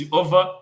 over